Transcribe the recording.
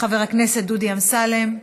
חבר הכנסת דודי אמסלם.